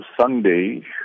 Sunday